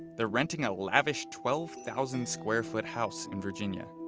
they're renting a lavish twelve thousand square foot house in virginia.